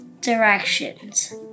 directions